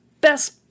best